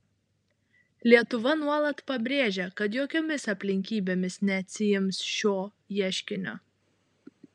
lietuva nuolat pabrėžia kad jokiomis aplinkybėmis neatsiims šio ieškinio